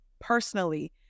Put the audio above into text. personally